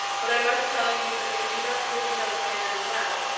but i must tell you that they do not really know canada well,